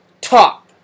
top